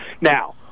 Now